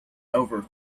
over